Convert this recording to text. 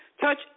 Touch